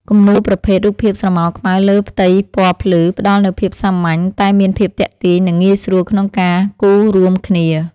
គំនូរប្រភេទ រូបភាពស្រមោលខ្មៅលើផ្ទៃពណ៌ភ្លឺ ផ្ដល់នូវភាពសាមញ្ញតែមានភាពទាក់ទាញ និងងាយស្រួលក្នុងការគូររួមគ្នា។